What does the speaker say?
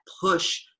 push